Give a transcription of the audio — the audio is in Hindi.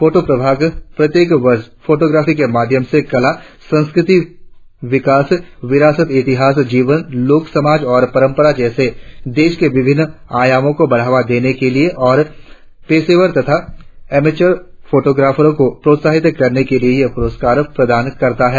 फोटों प्रभाग प्रत्येक वर्ष फोटोग्राफी के माध्यम से कला संस्कृति विकास विरासर इतिहास जीवन लोक समाज और परंपरा जैसे देश के विभिन्न आयामों को बढ़ावा देने के लिए और पेशेवर तथा अमेचर फोटोग्राफरों को प्रोत्साहित करने के लिए ये पुरस्कार प्रदान करता है